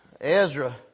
Ezra